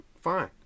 fine